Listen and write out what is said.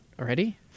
already